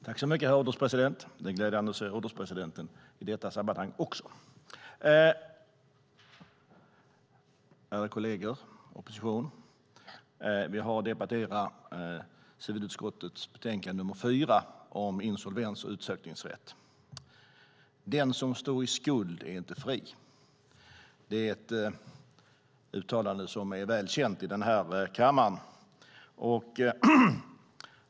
Herr ålderspresident! Det är glädjande att se ålderspresidenten i detta sammanhang också. Ärade kolleger och opposition! Vi har att debattera civilutskottets betänkande nr 4 om insolvens och utsökningsrätt. Den som är satt i skuld är icke fri. Det är ett uttalande som är väl känt i kammaren.